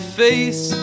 face